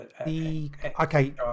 Okay